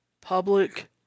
public